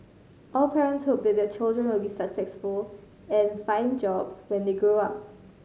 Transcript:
all parents hope that their children will be successful and find jobs when they grow up